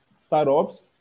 startups